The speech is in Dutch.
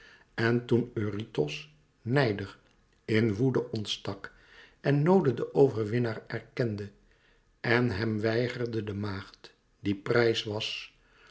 en toen eurytos nijdig in woede ontstak en noode den overwinnaar erkende en hem weigerde de maagd die prijs was